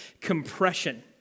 compression